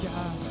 God